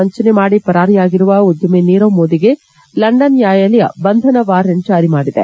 ವಂಚನೆ ಮಾಡಿ ಪರಾರಿಯಾಗಿರುವ ಉದ್ದಮಿ ನೀರವ್ ಮೋದಿಗೆ ಲಂಡನ್ ನ್ಲಾಯಾಲಯ ಬಂಧನ ವಾರಂಟ್ ಜಾರಿ ಮಾಡಿದೆ